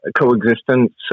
coexistence